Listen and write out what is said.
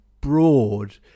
broad